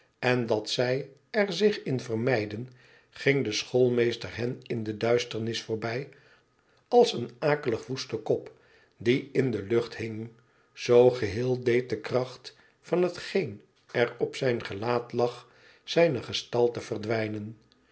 en dat zij er zich in vermeidden ging de schoolmeester hen in de duisternis voorbij als een akelig woeste kop die in de lucht hing zoo geheel deed de kracht van hetgeen er op zijn gelaat lag zijne gestdte verdwijnen